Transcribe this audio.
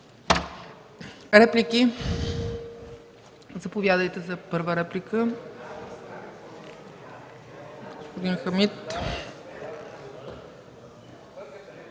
Реплики? Заповядайте за първа реплика, господин Хамид.